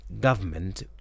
government